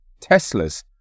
Teslas